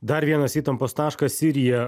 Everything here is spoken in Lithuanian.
dar vienas įtampos taškas sirija